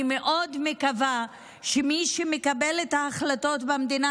אני מאוד מקווה שמי שמקבל את ההחלטות במדינה